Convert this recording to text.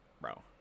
Bro